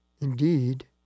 indeed